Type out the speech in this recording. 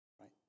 right